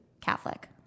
Catholic